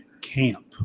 camp